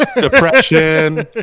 Depression